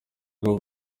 rwo